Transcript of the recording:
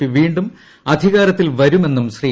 P വീണ്ടും അധികാരത്തിൽ വരുമെന്നും ശ്രീ